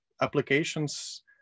applications